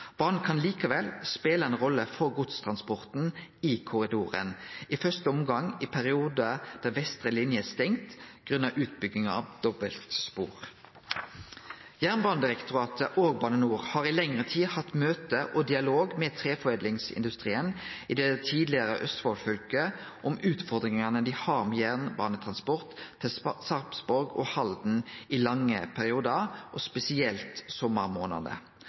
kan likevel spele ei rolle for godstransporten i korridoren, i første omgang i periodar når vestre linje er stengt grunna utbygging av dobbeltspor. Jernbanedirektoratet og Bane NOR har i lengre tid hatt møte og dialog med treforedlingsindustrien i det tidlegare Østfold fylke om utfordringane dei har med jernbanetransport til Sarpsborg og Halden i lange periodar, spesielt